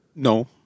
No